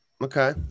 Okay